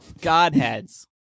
Godheads